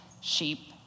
sheep